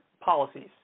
policies